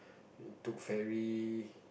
we took ferry